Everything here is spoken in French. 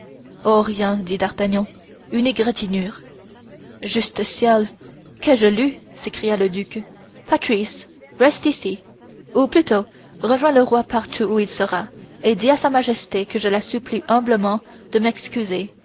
oh rien dit d'artagnan une égratignure juste ciel qu'ai-je lu s'écria le duc patrice reste ici ou plutôt rejoins le roi partout où il sera et dis à sa majesté que je la supplie bien humblement de m'excuser